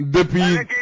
Depuis